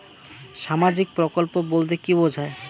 সামাজিক প্রকল্প বলতে কি বোঝায়?